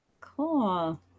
Cool